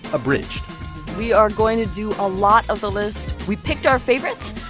abridged we are going to do a lot of the list. we picked our favorites,